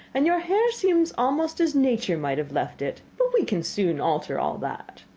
and your hair seems almost as nature might have left it. but we can soon alter all that.